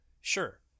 sure